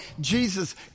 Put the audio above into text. Jesus